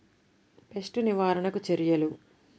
Pest నివారణకు చర్యలు?